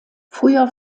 früher